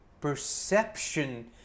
perception